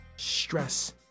stress